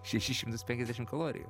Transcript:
šešis šimtus penkiasdešim kalorijų